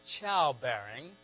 childbearing